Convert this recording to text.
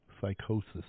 psychosis